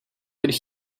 could